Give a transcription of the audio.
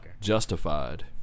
Justified